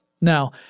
Now